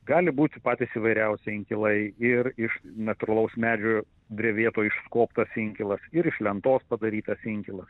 gali būti patys įvairiausi inkilai ir iš natūralaus medžio drevėto iškoptas inkilas ir iš lentos padarytas inkilas